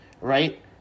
Right